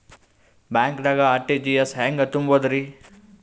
ಬ್ಯಾಂಕ್ದಾಗ ಆರ್.ಟಿ.ಜಿ.ಎಸ್ ಹೆಂಗ್ ತುಂಬಧ್ರಿ?